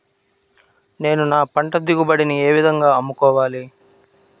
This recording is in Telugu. నేను నా పంట దిగుబడిని ఏ విధంగా అమ్ముకోవాలి?